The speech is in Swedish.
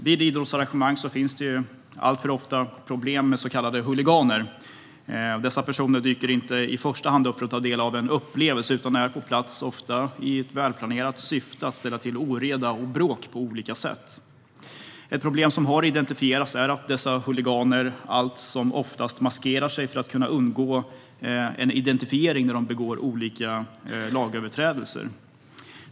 Vid idrottsarrangemang är det alltför ofta problem med så kallade huliganer. Dessa personer dyker inte i första hand upp för att ta del av en upplevelse utan är ofta på plats i ett välplanerat syfte, att ställa till oreda och bråk på olika sätt. Ett problem som har identifierats är att dessa huliganer allt som oftast maskerar sig för att kunna undgå identifiering när de begår olika lagöverträdelser.